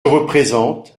représente